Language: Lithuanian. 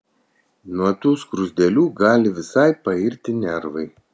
nuo tų skruzdėlių gali visai pairti nervai